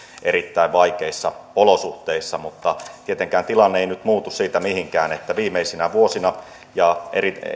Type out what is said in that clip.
erittäin vaikeissa olosuhteissa mutta tietenkään tilanne ei nyt muutu siitä mihinkään että viimeisinä vuosina ja